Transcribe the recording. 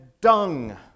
dung